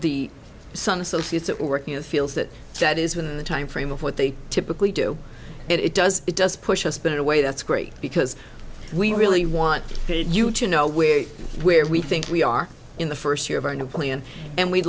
the sun associates it working it feels that that is within the timeframe of what they typically do it does it does push us but in a way that's great because we really want you to know where where we think we are in the first year of our new plan and we